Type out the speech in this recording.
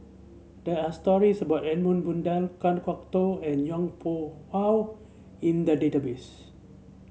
there are stories about Edmund Blundell Kan Kwok Toh and Yong Pung How in the database